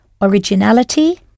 Originality